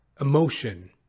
emotion